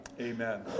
amen